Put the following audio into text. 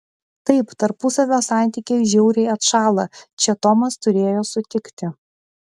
taip tarpusavio santykiai žiauriai atšąla čia tomas turėjo sutikti